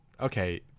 Okay